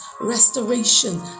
restoration